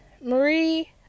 Marie